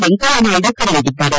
ವೆಂಕಯ್ಯನಾಯ್ದು ಕರೆ ನೀಡಿದ್ದಾರೆ